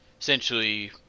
essentially